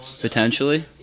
Potentially